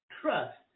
trust